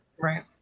Right